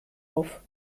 auf